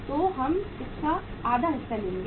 तो हम इसका आधा हिस्सा लेंगे